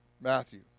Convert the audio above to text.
Matthew